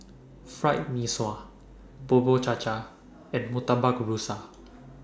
Fried Mee Sua Bubur Cha Cha and Murtabak Rusa